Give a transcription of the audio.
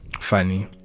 funny